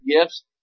gifts